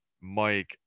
Mike